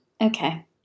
Okay